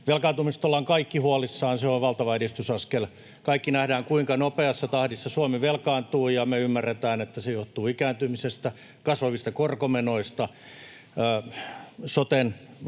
Velkaantumisesta ollaan kaikki huolissamme. Se on valtava edistysaskel. Kaikki me nähdään, kuinka nopeassa tahdissa Suomi velkaantuu, ja me ymmärretään, että se johtuu ikääntymisestä, kasvavista korkomenoista, soten valtavista